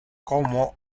como